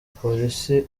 police